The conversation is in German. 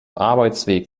arbeitsweg